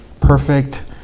perfect